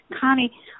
Connie